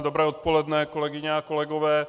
Dobré odpoledne, kolegyně a kolegové.